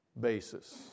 basis